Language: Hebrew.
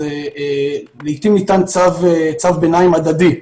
לעיתים ניתן צו ביניים הדדי.